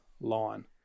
line